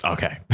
Okay